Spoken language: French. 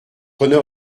honneur